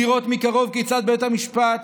לראות מקרוב כיצד בבית המשפט